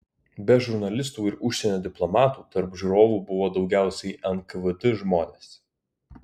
be žurnalistų ir užsienio diplomatų tarp žiūrovų buvo daugiausiai nkvd žmonės